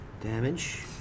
Damage